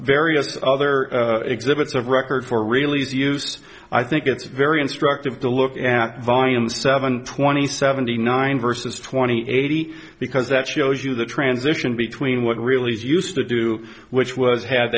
various other exhibits of record for really to use i think it's very instructive to look at volume seven twenty seventy nine versus twenty eighty because that shows you the transition between what really is used to do which w